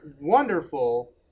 wonderful